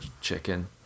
chicken